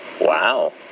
Wow